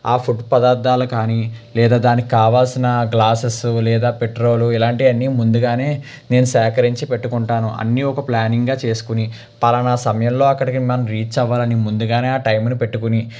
ఆ ఫుడ్ పదార్థాలు కానీ లేదా దానికి కావలసిన గ్లాసెస్సు లేదా పెట్రోలు ఇలాంటివన్నీ నేను ముందుగానే నేను సేకరించి పెట్టుకుంటాను అన్నీ ఒక ప్ల్యానింగా చేసుకొని ఫలానా సమయంలో అక్కడికి మనం రీచ్ అవ్వాలని ముందుగానే ఆ టైమును పెట్టుకొని